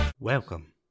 Welcome